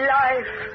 life